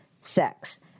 sex